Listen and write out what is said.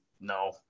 no